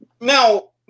Now